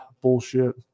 bullshit